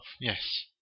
Yes